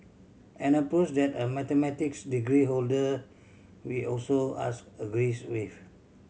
an approach that a mathematics degree holder we also ask agrees with